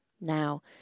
Now